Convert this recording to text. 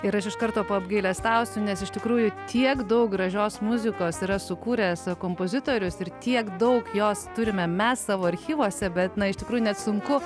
ir aš iš karto apgailestausiu nes iš tikrųjų tiek daug gražios muzikos yra sukūręs kompozitorius ir tiek daug jos turime mes savo archyvuose bet na iš tikrųjų net sunku